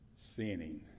sinning